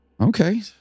Okay